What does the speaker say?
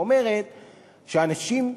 אומרת שאנשים,